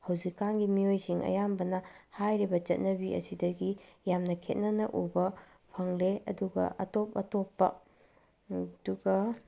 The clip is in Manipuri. ꯍꯧꯖꯤꯛꯀꯥꯟꯒꯤ ꯃꯤꯑꯣꯏꯁꯤꯡ ꯑꯌꯥꯝꯕꯅ ꯍꯥꯏꯔꯤꯕ ꯆꯠꯅꯕꯤ ꯑꯁꯤꯗꯒꯤ ꯌꯥꯝꯅ ꯈꯦꯠꯅꯅ ꯎꯕ ꯐꯪꯂꯦ ꯑꯗꯨꯒ ꯑꯇꯣꯞ ꯑꯇꯣꯞꯄ ꯑꯗꯨꯒ